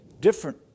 different